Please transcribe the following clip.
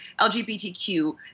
LGBTQ